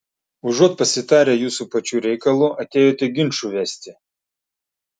užuot pasitarę jūsų pačių reikalu atėjote ginčų vesti